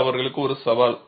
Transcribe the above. இது அவர்களுக்கு ஒரு சவால்